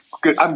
good